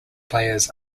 players